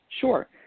Sure